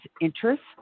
interest